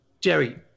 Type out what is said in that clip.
Jerry